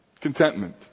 Contentment